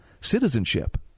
citizenship